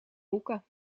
hoeken